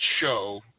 show